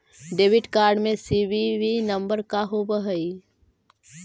Debit card में CVV number का होव हइ?